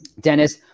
Dennis